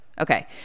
okay